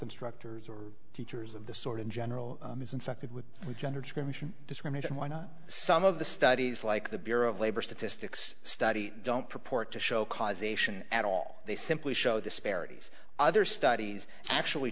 instructors or teachers of the sort in general is infected with gender discrimination discrimination why not some of the studies like the bureau of labor statistics study don't purport to show causation at all they simply show disparities other studies actually